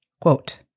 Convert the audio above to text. Quote